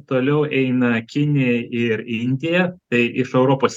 toliau eina kinija ir indija tai iš europos